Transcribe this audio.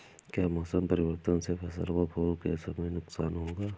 क्या मौसम परिवर्तन से फसल को फूल के समय नुकसान होगा?